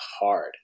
hard